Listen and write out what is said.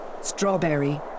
Strawberry